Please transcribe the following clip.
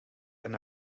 and